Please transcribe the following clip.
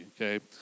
okay